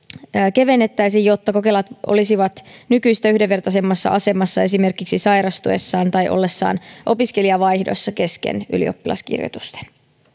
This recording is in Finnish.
kevennettäisiin jotta kokelaat olisivat nykyistä yhdenvertaisemmassa asemassa esimerkiksi sairastuessaan tai ollessaan opiskelijavaihdossa kesken ylioppilaskirjoitusten